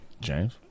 James